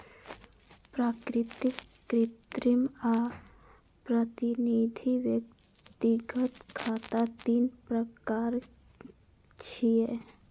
प्राकृतिक, कृत्रिम आ प्रतिनिधि व्यक्तिगत खाता तीन प्रकार छियै